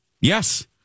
Yes